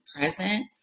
present